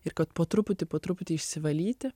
ir kad po truputį po truputį išsivalyti